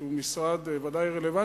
שהוא ודאי משרד רלוונטי,